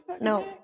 no